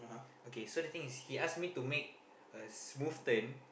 okay so the thing is he ask me to make a smooth turn